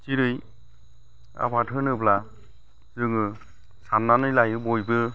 जेरै आबाद होनोब्ला जोङो साननानै लायो बयबो